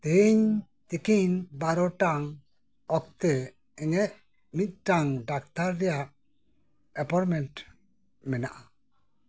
ᱛᱮᱦᱮᱧ ᱛᱤᱠᱤᱱ ᱵᱟᱨᱳ ᱴᱟᱲᱟᱝ ᱚᱠᱛᱮ ᱤᱧᱟᱹᱜ ᱢᱤᱫᱴᱟᱝ ᱰᱟᱠᱛᱟᱨ ᱨᱮᱭᱟᱜ ᱮᱯᱚᱭᱢᱮᱱᱴ ᱢᱮᱱᱟᱜᱼᱟ